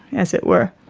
as it were.